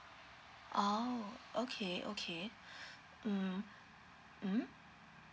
oh okay okay mm (uh huh)